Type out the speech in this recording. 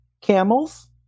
camels